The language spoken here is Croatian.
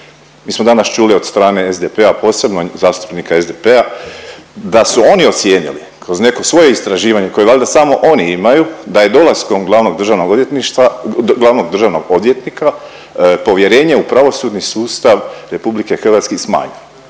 Mi smo danas čuli od strane SDP-a, posebno zastupnika SDP-a, da su oni ocijenili kroz neko svoje istraživanje koje valjda samo oni imaju da je dolaskom glavnog državnog odvjetništva, glavnog državnog odvjetnika povjerenje